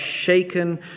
shaken